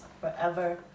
forever